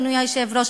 אדוני היושב-ראש,